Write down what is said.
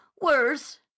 worse